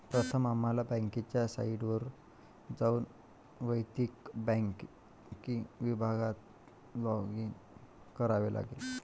प्रथम आम्हाला बँकेच्या साइटवर जाऊन वैयक्तिक बँकिंग विभागात लॉगिन करावे लागेल